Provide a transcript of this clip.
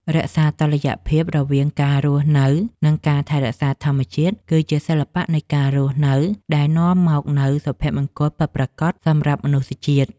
រក្សាតុល្យភាពរវាងការរស់នៅនិងការថែរក្សាធម្មជាតិគឺជាសិល្បៈនៃការរស់នៅដែលនាំមកនូវសុភមង្គលពិតប្រាកដសម្រាប់មនុស្សជាតិ។